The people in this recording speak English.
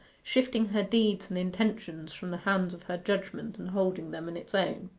shifting her deeds and intentions from the hands of her judgment and holding them in its own.